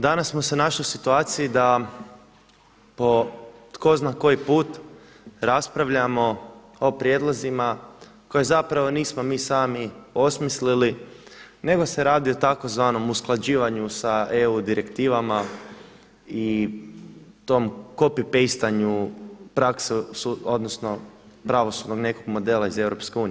Danas smo se našli u situaciji da po tko zna koji put raspravljamo o prijedlozima koje zapravo nismo mi sami osmislili nego se radi o tzv. usklađivanju sa EU direktivama i tom copy-paste pravosudnog nekog modela iz EU.